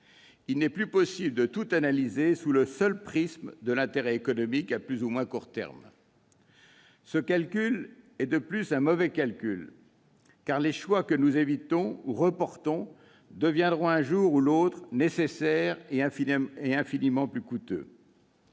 Il n'est plus possible de tout analyser sous le seul prisme de l'intérêt économique à plus ou moins court terme. Ce calcul est de plus un mauvais calcul, car les choix que nous évitons ou reportons deviendront un jour ou l'autre nécessaires et infiniment plus coûteux.